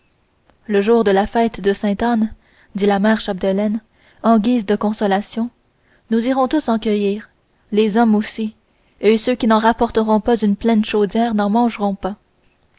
le jour de la fête de sainte anne dit la mère chapdelaine en guise de consolation nous irons tous en cueillir les hommes aussi et ceux qui n'en rapporteront pas une pleine chaudière n'en mangeront pas